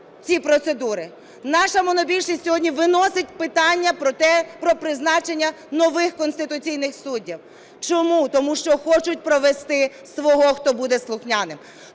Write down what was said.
ці процедури. Наша монобільшість сьогодні виносить питання про призначення нових конституційних суддів. Чому? Тому що хочу провести свого, хто буде слухняним.